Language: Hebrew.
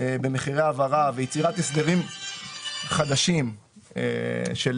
במחירי העברה ויצירת הסדרים חדשים של